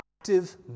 active